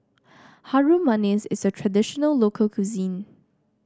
Harum Manis is a traditional local cuisine